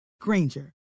Granger